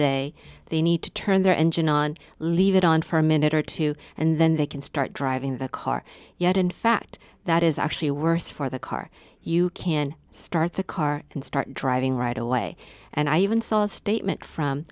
day they need to turn their engine on leave it on for a minute or two and then they can start driving the car yet in fact that is actually worse for the car you can start the car and start driving right away and i even saw a statement from